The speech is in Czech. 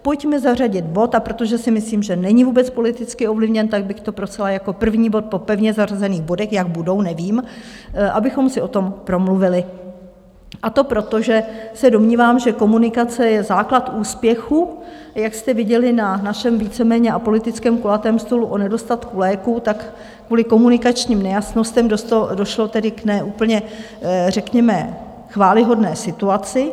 Pojďme zařadit bod, a protože si myslím, že není vůbec politicky ovlivněn, tak bych to prosila jako první bod po pevně zařazených bodech jak budou, nevím abychom si o tom promluvili, a to proto, že se domnívám, že komunikace je základ úspěchu, a jak jste viděli na našem víceméně apolitickém kulatém stolu o nedostatku léků, kvůli komunikačním nejasnostem došlo tedy k ne úplně řekněme chvályhodné situaci.